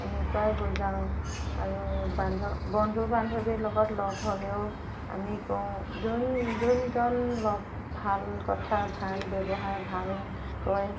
এনেকুৱাই বুজাও আৰু বান্ধ বন্ধু বান্ধৱী লগত লগ হ'লেও আমি কওঁ যোন যোনজন লগ ভাল কথা ভাল ব্যৱহাৰ ভাল কয়